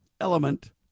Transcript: element